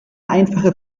einfache